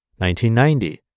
1990